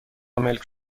ملک